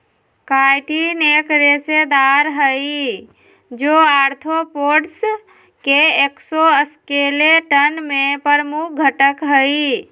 chitin एक रेशेदार हई, जो आर्थ्रोपोड्स के एक्सोस्केलेटन में प्रमुख घटक हई